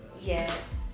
Yes